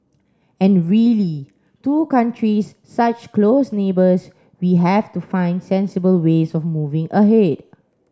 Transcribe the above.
and really two countries such close neighbours we have to find sensible ways of moving ahead